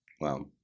Wow